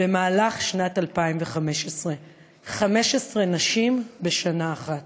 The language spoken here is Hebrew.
במהלך שנת 2015. 15 נשים בשנה אחת.